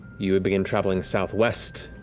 you had began traveling southwest,